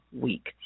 week